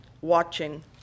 watching